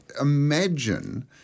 imagine